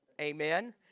Amen